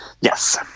Yes